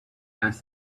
asked